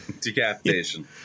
Decapitation